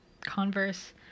Converse